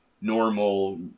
normal